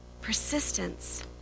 Persistence